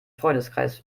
freundeskreis